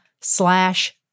slash